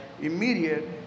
immediate